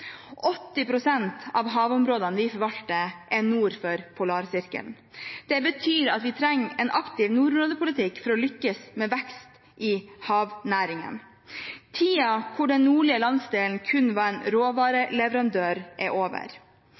pst. av havområdene vi forvalter, er nord for Polarsirkelen. Det betyr at vi trenger en aktiv nordområdepolitikk for å lykkes med vekst i havnæringen. Tiden da den nordlige landsdelen kun var en råvareleverandør, er over.